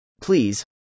Please